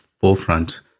forefront